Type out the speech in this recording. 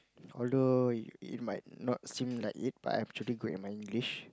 although it it might not seem like it but I'm actually good at my English